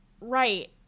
Right